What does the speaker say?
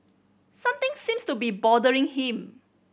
something seems to be bothering him